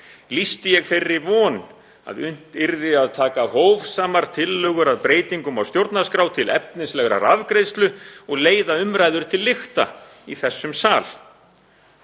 lýsti ég þeirri von að unnt yrði að taka hófsamar tillögur að breytingum á stjórnarskrá til efnislegrar afgreiðslu og leiða umræður til lykta í þessum sal.